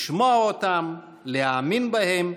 לשמוע אותם, להאמין בהם,